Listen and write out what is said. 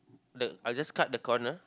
the I'll just cut the corner